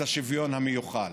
את השוויון המיוחל.